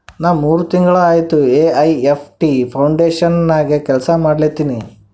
ನಾ ಮೂರ್ ತಿಂಗುಳ ಆಯ್ತ ಎ.ಐ.ಎಫ್.ಟಿ ಫೌಂಡೇಶನ್ ನಾಗೆ ಕೆಲ್ಸಾ ಮಾಡ್ಲತಿನಿ